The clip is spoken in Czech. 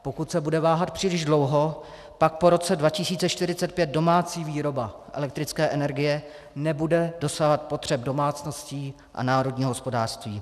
Pokud se bude váhat příliš dlouho, pak po roce 2045 domácí výroba elektrické energie nebude dosahovat potřeb domácností a národního hospodářství.